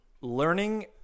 learning